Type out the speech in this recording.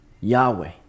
Yahweh